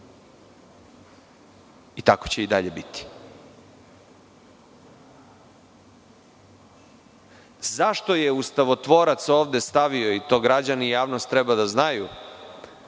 I tako će i dalje biti.Zašto je ustavotvorac ovde stavio, i to građani i javnost treba da znaju,